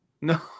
No